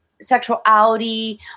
sexuality